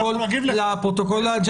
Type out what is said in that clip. לפרוטוקול,